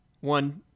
one